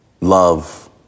love